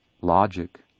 logic